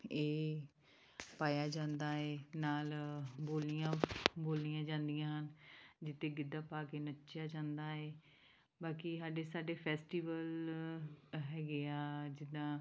ਇਹ ਪਾਇਆ ਜਾਂਦਾ ਹੈ ਨਾਲ ਬੋਲੀਆਂ ਬੋਲੀਆਂ ਜਾਂਦੀਆਂ ਹਨ ਜਿੱਥੇ ਗਿੱਧਾ ਪਾ ਕੇ ਨੱਚਿਆ ਜਾਂਦਾ ਹੈ ਬਾਕੀ ਹਾਡੇ ਸਾਡੇ ਫੈਸਟੀਵਲ ਹੈਗੇ ਆ ਜਿੱਦਾਂ